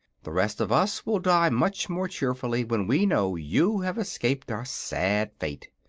the rest of us will die much more cheerfully when we know you have escaped our sad fate.